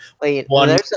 one